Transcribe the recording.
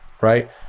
right